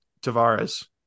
Tavares